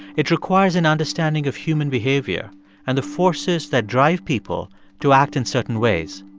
it requires an understanding of human behavior and the forces that drive people to act in certain ways.